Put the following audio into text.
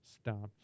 stopped